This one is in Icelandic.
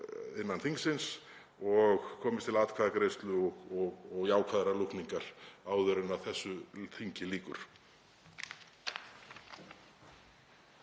innan þingsins og komist til atkvæðagreiðslu og jákvæðrar lúkningar áður en þessu þingi lýkur.